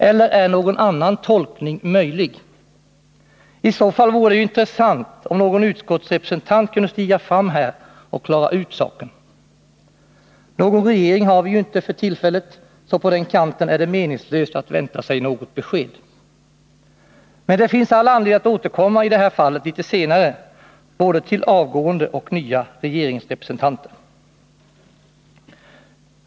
Eller är någon annan tolkning möjlig? I så fall vore det intressant om någon utskottsrepresentant kunde stiga fram här och klara ut saken. Någon regering har vi ju inte för tillfället, så från den kanten är det meningslöst att vänta sig något besked. Men det finns all anledning att återkomma i den här frågan litet senare, både till avgående och nya regeringsrepresentanter.